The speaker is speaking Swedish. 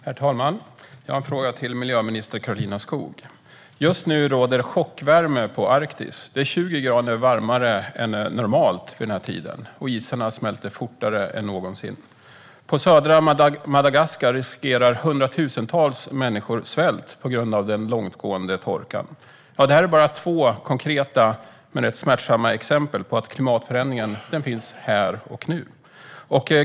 Herr talman! Jag har en fråga till miljöminister Karolina Skog. Just nu råder chockvärme på Arktis. Det är 20 grader varmare än normalt vid denna tid, och isarna smälter fortare än någonsin. På södra Madagaskar riskerar hundratusentals människor svält på grund av den långvariga torkan. Detta är bara två konkreta och rätt smärtsamma exempel på att klimatförändringen finns här och nu.